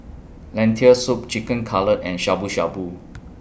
Lentil Soup Chicken Cutlet and Shabu Shabu